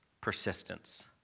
persistence